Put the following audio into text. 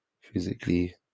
physically